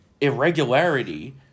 irregularity